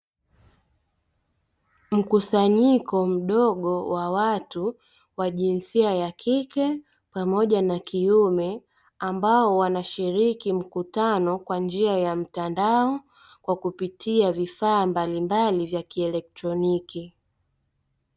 Mkusanyiko mdogo wa watu wa jinsia ya kike pamoja na kiume, ambao wanashiriki mkutano kwa njia ya mtandao, kwa kupitia vifaa mbalimbali vya kielektroniki.